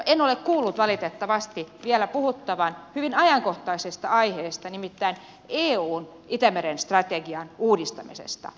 en ole kuullut valitettavasti vielä puhuttavan hyvin ajankohtaisesta aiheesta nimittäin eun itämeren strategian uudistamisesta